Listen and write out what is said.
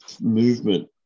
movement